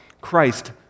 Christ